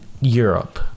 Europe